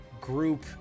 group